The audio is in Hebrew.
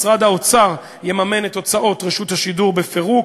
משרד האוצר יממן את הוצאות רשות השידור בפירוק,